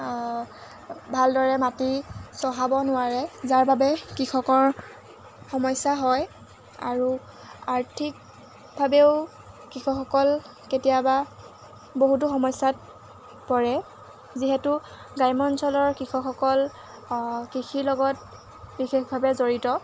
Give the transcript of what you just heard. ভালদৰে মাটি চহাব নোৱাৰে যাৰ বাবে কৃষকৰ সমস্যা হয় আৰু আৰ্থিকভাৱেও কৃষকসকল কেতিয়াবা বহুতো সমস্যাত পৰে যিহেতু গ্ৰাম্য অঞ্চলৰ কৃষকসকল কৃষিৰ লগত বিশেষভাৱে জড়িত